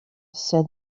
said